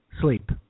sleep